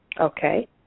Okay